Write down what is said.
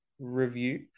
review